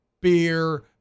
beer